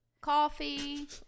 coffee